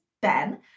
Ben